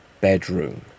bedroom